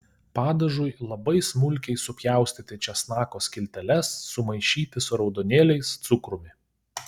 padažui labai smulkiai supjaustyti česnako skilteles sumaišyti su raudonėliais cukrumi